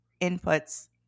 inputs